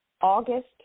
August